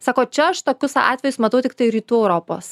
sako čia aš tokius atvejus matau tiktai rytų europos